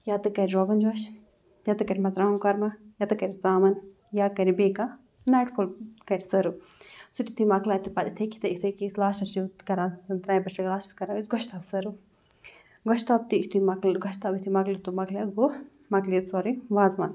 یا تہِ کَرِ روغن جوش یا تہِ کَرِ مرژٕوانٛگَن کوٚرمہٕ یا تہِ کَرِ ژامَن یا کَرِ بیٚیہِ کانٛہہ ناٹہِ پھوٚل کَرِ سٔرٕو سُہ تہِ یُتھُے مۄکلاوِ تہٕ پَتہٕ یِتھٕے یِتھٕے کینٛہہ لاسٹَس چھِ کَران سُہ ترٛامہِ پٮ۪ٹھ چھِ لاسٹَس کَران أسۍ گۄشتاب سٔرٕو گۄشتاب تہِ یُتھُے مۄکلہِ گۄشتاب یُتھُے مۄکلہِ تہٕ مۄکلیٛو گوٚو مۄکلے سورُے وازوان